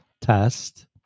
Test